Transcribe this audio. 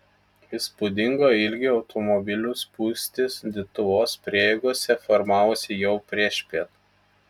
įspūdingo ilgio automobilių spūstys dituvos prieigose formavosi jau priešpiet